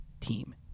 team